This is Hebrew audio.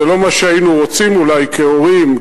זה לא מה שהיינו רוצים אולי כהורים,